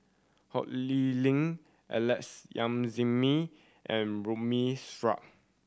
Ho Lee Ling Alex Yam Ziming and Ramli Sarip